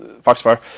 Foxfire